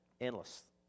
endless